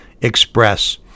express